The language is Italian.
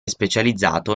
specializzato